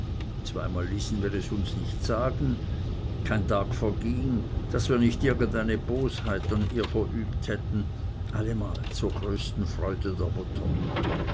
zweimal ließen wir es uns nicht sagen kein tag verging daß wir nicht irgendeine bosheit an ihr verübt hätten allemal zur größten freude der mutter